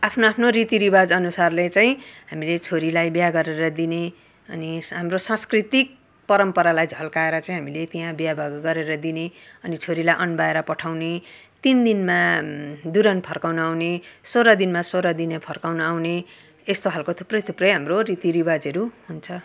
आफ्नो आफ्नो रीतिरिवाज अनुसारले चाहिँ हामीले छोरीलाई बिहा गरेर दिने अनि हाम्रो सांस्कृतिक परम्परालाई झल्काएर चाहिँ हामीले त्यहाँ बिहा बरु गरेर दिने चोरीलाई अन्माएर पठाउने तिन दिनमा दुरान फर्काउन आउने सोह्र दिनमा सोह्र दिने फर्काउन आउने यस्तो खाले थुप्रै थुप्रै हाम्रो रीतिरिवाजहरू हुन्छ